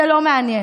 זה לא מעניין.